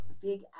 big